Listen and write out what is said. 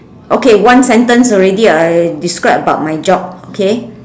okay one sentence already I describe about my job okay